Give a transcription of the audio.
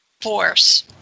force